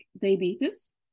diabetes